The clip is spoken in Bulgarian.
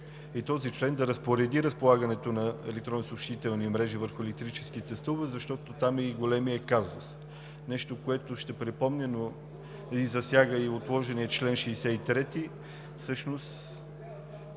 и този член да разпореди разполагането на електронно съобщителни мрежи върху електрическите стълбове, защото там е и големия казус – нещо, което ще припомня, но засяга и отложения чл. 63. Всъщност